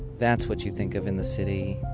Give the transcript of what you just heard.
that's what you think of in the city.